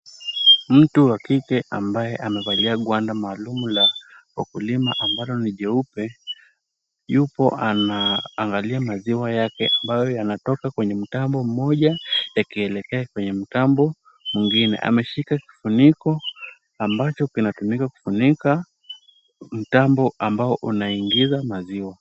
Mtu wa kike ambaye amevalia gwanda maalum la ukulima ambalo ni jeupe, yupo anaangalia maziwa yake ambayo yanatoka kwenye mtambo mmoja yakielekea kwenye mtambo mwingine. Ameshika kifuniko ambacho kinatumika kufunika mtambo ambao unaingiza maziwa.